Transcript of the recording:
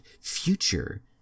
future